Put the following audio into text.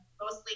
mostly